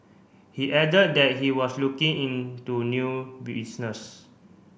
he added that he was looking into new business